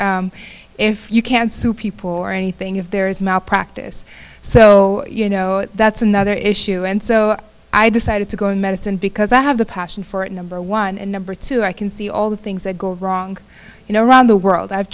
perfect if you can sue people or anything if there is malpractise so you know that's another issue and so i decided to go in medicine because i have the passion for it number one and number two i can see all the things that go wrong you know around the world i've